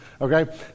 Okay